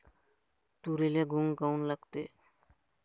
तुरीले घुंग काऊन लागते?